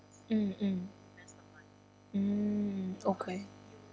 mm mm mm okay